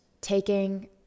taking